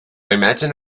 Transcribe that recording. imagine